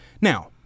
Now